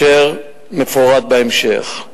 כמפורט בהמשך.